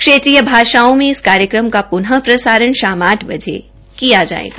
क्षेत्रीय भाषाओं में इस कार्यक्रम का प्न प्रसारण शाम आठ बजे किया जायेगा